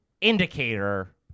indicator